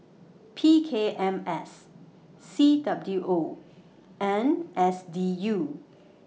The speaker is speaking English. P K M S C W O and S D U